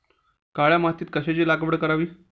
काळ्या मातीत कशाची लागवड करावी?